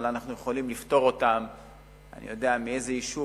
אבל אנחנו יכולים לפטור אותם מאיזה יישוב